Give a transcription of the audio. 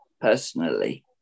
personally